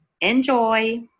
Enjoy